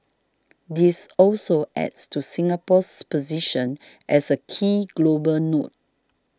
this also adds to Singapore's position as a key global node